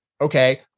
okay